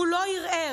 הוא לא ערער.